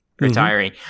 retiring